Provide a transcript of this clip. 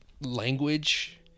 language